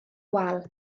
wal